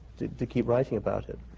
to keep writing about it.